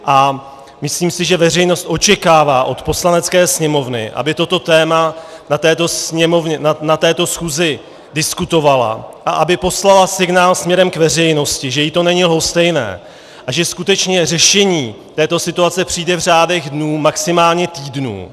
A myslím si, že veřejnost očekává od Poslanecké sněmovny, aby toto téma na této schůzi diskutovala a aby poslala signál směrem k veřejnosti, že jí to není lhostejné a že skutečně řešení této situace přijde v řádech dnů, maximálně týdnů.